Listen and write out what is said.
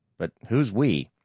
but who's we?